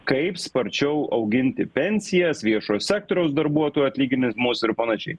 kaip sparčiau auginti pensijas viešojo sektoriaus darbuotojų atlyginimus ir panašiai